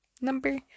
Number